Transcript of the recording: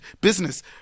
business